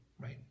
right